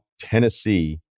tennessee